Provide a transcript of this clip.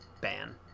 ban